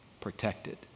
protected